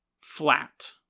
flat